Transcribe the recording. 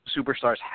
superstars